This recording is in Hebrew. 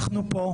אנחנו פה.